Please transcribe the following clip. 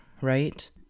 right